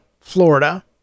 florida